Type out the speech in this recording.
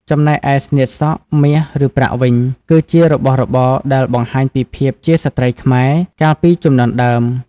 ចំណែកឯ ស្នៀតសក់ មាសឬប្រាក់ វិញ គឺជារបស់របរដែល បង្ហាញពីភាពជាស្ត្រីខ្មែរ កាលពីជំនាន់ដើម។